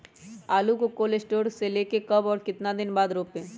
आलु को cold store से ले के कब और कितना दिन बाद रोपे?